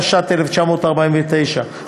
התש"ט 1949,